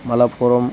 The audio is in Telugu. మల్లాపురం